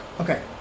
Okay